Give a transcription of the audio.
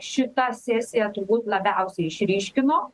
šita sesija turbūt labiausiai išryškino